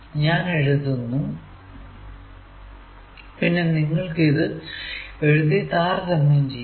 ഞാൻ എഴുതുന്നു പിന്നെ നിങ്ങൾക്കു ഇത് എഴുതി താരതമ്യം ചെയ്യാം